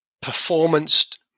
performance